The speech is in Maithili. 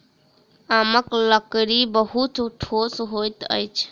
आमक लकड़ी बहुत ठोस होइत अछि